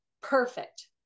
perfect